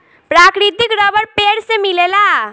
प्राकृतिक रबर पेड़ से मिलेला